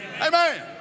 Amen